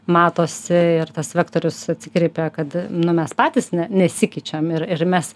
matosi ir tas vektorius atsikreipia kad nu mes patys ne nesikeičiam ir ir mes